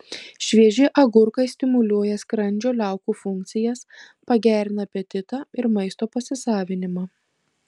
švieži agurkai stimuliuoja skrandžio liaukų funkcijas pagerina apetitą ir maisto pasisavinimą